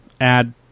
add